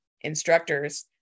instructors